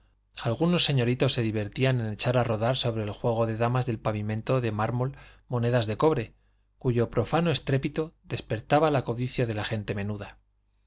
algunos señoritos se divertían en echar a rodar sobre el juego de damas del pavimento de mármol monedas de cobre cuyo profano estrépito despertaba la codicia de la gente menuda